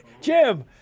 Jim